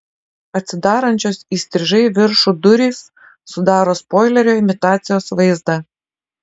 atsidarančios įstrižai į viršų durys sudaro spoilerio imitacijos vaizdą